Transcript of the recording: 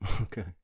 Okay